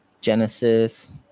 Genesis